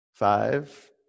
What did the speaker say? Five